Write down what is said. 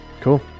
Cool